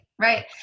Right